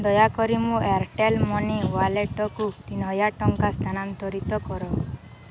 ଦୟାକରି ମୋ Airtel money ୱାଲେଟ୍କୁ ତିନିହାଜର ଟଙ୍କା ସ୍ଥାନାନ୍ତରିତ କର